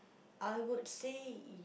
I would say uh